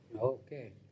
Okay